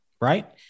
right